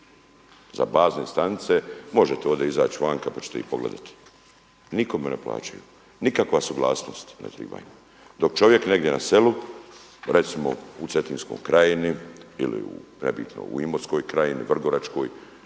za bazne stanice, možete ovdje izaći van pa ćete ih pogledati, nikome ne plaćaju, nikakvu suglasnost ne trebaju, dok čovjek negdje na selu recimo u Cetinskoj krajini ili nebitno u Imotskoj krajini, Vrgoračkoj